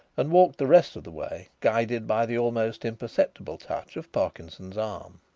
and walked the rest of the way, guided by the almost imperceptible touch of parkinson's arm.